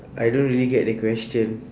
I don't really get the question